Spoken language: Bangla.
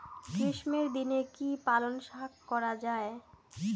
গ্রীষ্মের দিনে কি পালন শাখ করা য়ায়?